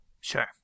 Sure